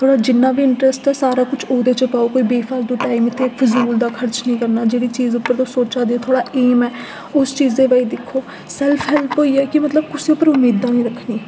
थुआढ़ा जिन्ना बी इंटरैस्ट ऐ सारा किश ओह्दे च पाओ कोई बे फालतु टाइम इत्थै फिजूल दा खर्च नेईं करना जेह्ड़ी चीज पर तुस सोचै दे ओ थुआढ़ा एम ऐ उस चीज दे बारे च दिक्खो सैल्फ हैल्प होई गेआ कि मतलब कुसै पर मेदां निं रक्खनियां